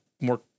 more